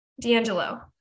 D'Angelo